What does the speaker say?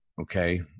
okay